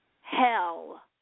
hell